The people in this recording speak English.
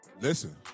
listen